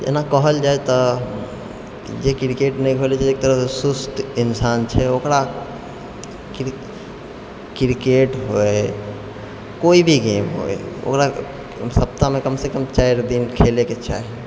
एना कहल जाइ तऽ जे क्रिकेट नहि खेलै छै एक तरहसँ सुस्त इंसान छै ओकरा क्रिकेट होइ कोई भी गेम होइ ओकरा हप्ताहमे कम सँ कम चारि दिन गेम खेलैके चाही